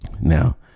now